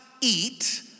eat